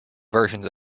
versions